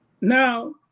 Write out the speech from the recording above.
now